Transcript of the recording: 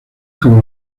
como